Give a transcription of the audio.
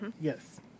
Yes